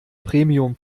premium